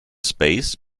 space